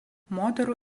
moterų